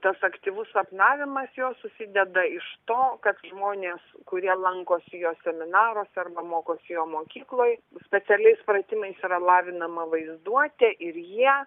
tas aktyvus sapnavimas jo susideda iš to kad žmonės kurie lankosi jo seminaruose arba mokosi jo mokykloj specialiais pratimais yra lavinama vaizduotė ir jie